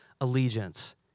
allegiance